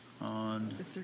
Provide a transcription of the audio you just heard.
on